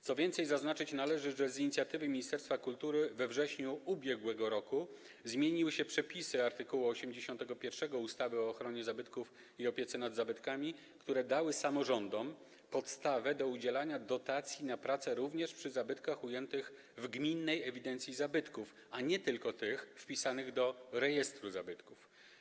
Co więcej, zaznaczyć należy, że z inicjatywy ministerstwa kultury we wrześniu ub.r. zmieniły się przepisy art. 81 ustawy o ochronie zabytków i opiece nad zabytkami, które dały samorządom podstawę do udzielania dotacji na prace również przy zabytkach ujętych w gminnej ewidencji zabytków, a nie tylko tych wpisanych do rejestru zabytków.